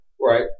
Right